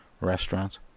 restaurants